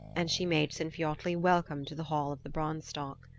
and she made sinfiotli welcome to the hall of the branstock.